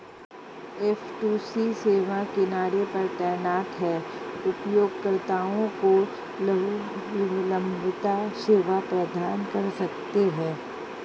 F two C सेवाएं किनारे पर तैनात हैं, उपयोगकर्ताओं को लघु विलंबता सेवा प्रदान कर सकते हैं